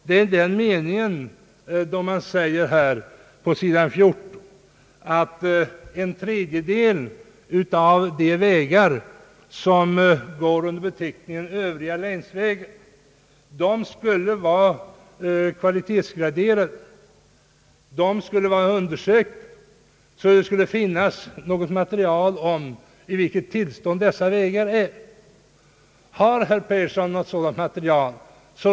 På sidan 14 i utlåtandet säger utskottet att en tredjedel av de vägar som går under beteckningen övriga länsvägar skulle vara kvalitetsgraderade, på så sätt att de är undersökta och att det finns något material om i vilket tillstånd de befinner sig. Har herr Persson något sådant material?